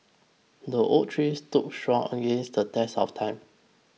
the oak tree stood strong against the test of time